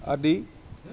আদি